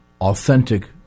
authentic